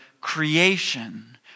creation